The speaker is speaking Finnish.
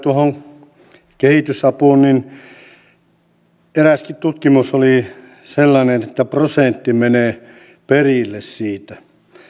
tuohon kehitysapuun niin eräskin tutkimus oli sellainen että prosentti menee perille siitä